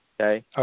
Okay